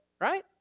right